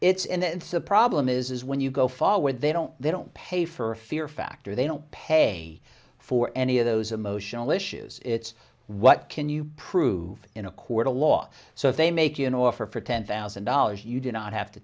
it's and the problem is when you go fall where they don't they don't pay for fear factor they don't pay for any of those emotional issues it's what can you prove in a court of law so if they make you an offer for ten thousand dollars you do not have to